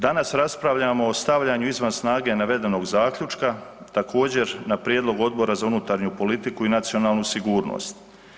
Danas raspravljamo o stavljanju izvan snage navedenog zaključak, također na prijedlog Odbora za unutarnju politiku i nacionalnu sigurnost.